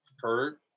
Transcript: hurt